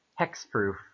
hexproof